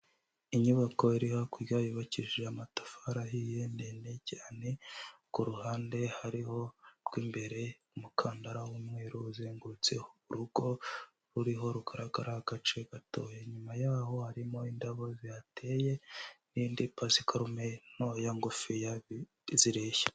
Inyubako iri hakurya yubakije amatafari ahiye ndende cyane ku ruhande hariho rw'imbere umukandara w'umweru uzengurutse urugo ruriho rugaragara agace gatoya, inyuma yaho harimo indabo zihateye n'indi pasikarume ntoya ngufiya zireshya.